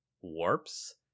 warps